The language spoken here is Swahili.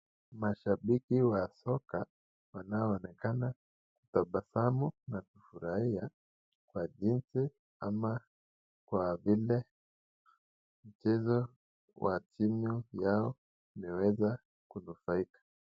Mashambiki wa soka wanaonekana tabasamu na kufurahia kwa jinsi ama kwa vile mchezo wa timu yao umeweza kunufaika.